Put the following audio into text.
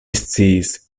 sciis